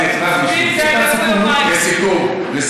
לסיכום, לסיכום.